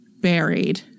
buried